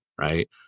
right